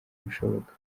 bishoboka